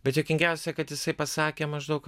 bet juokingiausia kad jisai pasakė maždaug